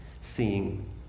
seeing